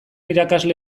irakasle